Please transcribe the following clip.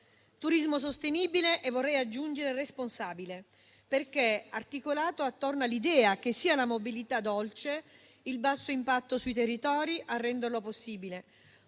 turismo sostenibile e vorrei aggiungere responsabile, perché articolato attorno all'idea che siano la mobilità dolce e il basso impatto sui territori a renderlo possibile.